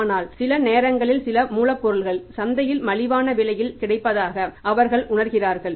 ஆனால் சில நேரங்களில் சில மூலப்பொருட்கள் சந்தையில் மலிவான விலையில் கிடைப்பதாக அவர்கள் உணர்கிறார்கள்